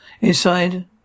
inside